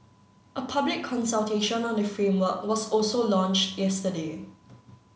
a public consultation on the framework was also launched yesterday